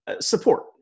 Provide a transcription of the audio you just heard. support